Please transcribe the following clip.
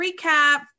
recap